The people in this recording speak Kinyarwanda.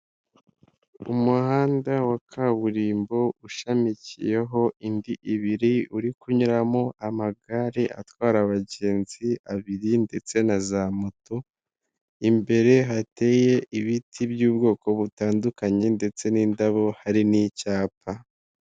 Umuhanda wa kaburimbo ushamikiyeho indi ibiri, uri kunyuramo amagare atwara abagenzi abiri ndetse na za moto. Imbere hateye ibiti by'ubwoko butandukanye ndetse n'indabo, hari n'icyapa.